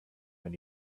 when